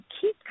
keep